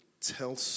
tell